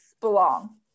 belong